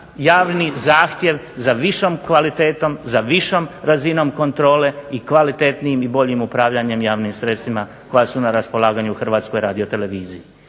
javni zahtjev za višom kvalitetom, za višom razinom kontrole i kvalitetnijim i boljim upravljanjem javnim sredstvima koja su na raspolaganju Hrvatskoj radioteleviziji.